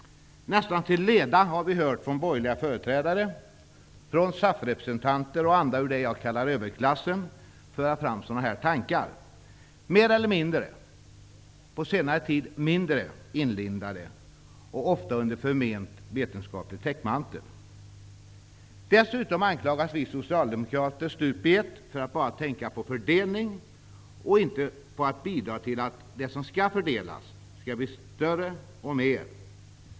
Nästan till leda har vi hört borgerliga företrädare, SAF-representanter och andra företrädare för det jag kallar överklassen, föra fram sådana här tankar mer eller mindre -- på senare tid mindre -- inlindade och ofta under förment vetenskaplig täckmantel. Dessutom anklagas vi socialdemokrater stup i ett för att bara tänka på fördelning och inte på att bidra till det som skall fördelas skall bli större och mer.